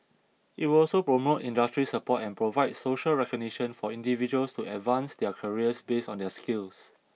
it will also promote industry support and provide social recognition for individuals to advance their careers based on their skills